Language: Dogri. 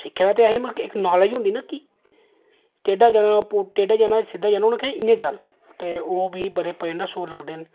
सिक्खे दा ते ऐही पर इक नालेज होंदी ना कि टेढा जाना सिद्धा जाना उ'नें आखेआ इ'यां चल ते ओह् मी बड़े प्रेरना स्रोत लगदे न